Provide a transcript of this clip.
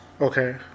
Okay